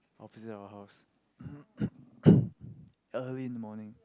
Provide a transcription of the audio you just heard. opposite our house early in the morning